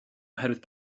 oherwydd